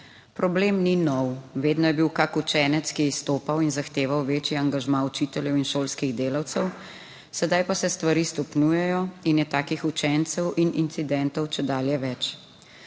Problem ni nov, vedno je bil kak učenec, ki je izstopal in zahteval večji angažma učiteljev in šolskih delavcev, sedaj pa se stvari stopnjujejo in je takih učencev in incidentov čedalje več.